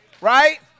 right